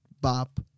bop